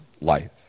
life